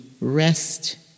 rest